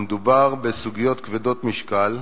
המדובר בסוגיות כבדות משקל,